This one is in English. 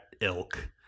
ilk